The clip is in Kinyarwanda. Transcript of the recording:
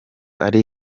ari